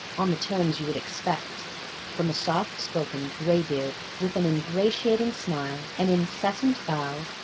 on the terms you would expect from a soft-spoken graybeard with an ingratiating smile, an incessant bow,